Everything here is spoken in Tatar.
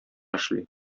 эшли